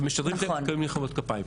ומשדרים --- עם מחיאות כפיים.